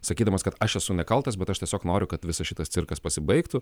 sakydamas kad aš esu nekaltas bet aš tiesiog noriu kad visas šitas cirkas pasibaigtų